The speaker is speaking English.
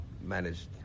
managed